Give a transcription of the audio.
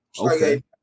Okay